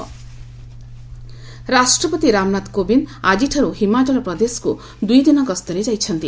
president ରାଷ୍ଟ୍ରପତି ରାମନାଥ କୋବିନ୍ଦ୍ ଆଜିଠାରୁ ହିମାଚଳ ପ୍ରଦେଶକୁ ଦୁଇ ଦିନ ଗସ୍ତରେ ଯାଇଛନ୍ତି